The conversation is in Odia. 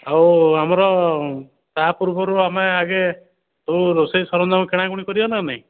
ଆଉ ଆମର ତା ପୂର୍ବରୁ ଆମେ ଆଗେ ତୁ ରୋଷେଇ ସରଞ୍ଜାମ କିଣାକୁଣି କରିବା ନା ନାଇଁ